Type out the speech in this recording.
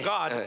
God